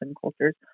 cultures